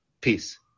Peace